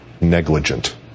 negligent